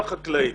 לחקלאים.